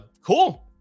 cool